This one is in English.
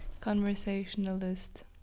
Conversationalist